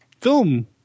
film